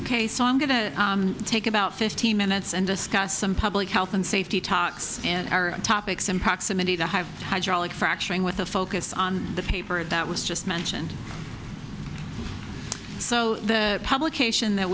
ok so i'm going to take about fifteen minutes and discuss some public health and safety talks and our topics in proximity to have hydraulic fracturing with a focus on the paper that was just mentioned so the publication that